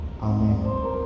amen